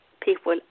people